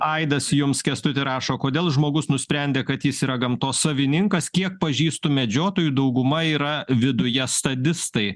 aidas jums kęstuti rašo kodėl žmogus nusprendė kad jis yra gamtos savininkas kiek pažįstu medžiotojų dauguma yra viduje sadistai